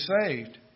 saved